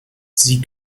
sie